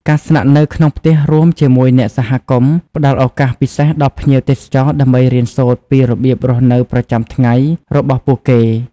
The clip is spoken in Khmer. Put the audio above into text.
ការស្នាក់នៅក្នុងផ្ទះរួមជាមួយអ្នកសហគមន៍ផ្តល់ឱកាសពិសេសដល់ភ្ញៀវទេសចរដើម្បីរៀនសូត្រពីរបៀបរស់នៅប្រចាំថ្ងៃរបស់ពួកគេ។